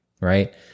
right